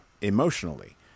emotionally